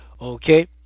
Okay